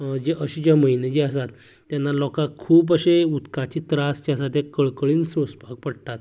अशें जे म्हयने जे आसात तेन्ना लोकांक खूब अशें उदकांचे त्रास जे आसात तें कळकळीन सोंसपाक पडटात